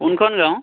কোনখন গাঁও